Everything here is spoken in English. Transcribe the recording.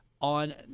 on